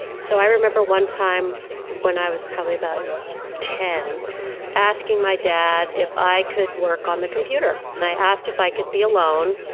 so i remember one time when i was probably about ten asking my dad if i could work on the computer and i asked if i could be alone.